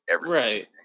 Right